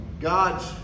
God's